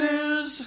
News